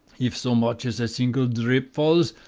if so much as a single dhrip falls,